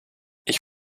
ich